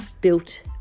built